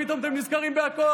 באופוזיציה פתאום אתם נזכרים בכול.